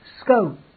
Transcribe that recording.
scope